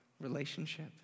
relationship